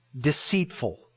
deceitful